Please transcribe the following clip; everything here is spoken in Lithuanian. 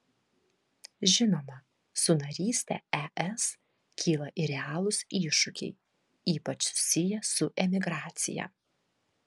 žinoma su naryste es kyla ir realūs iššūkiai ypač susiję su emigracija